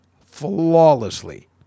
flawlessly